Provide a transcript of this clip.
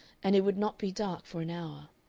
and it would not be dark for an hour.